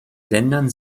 ländern